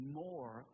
more